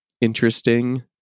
interesting